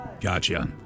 Gotcha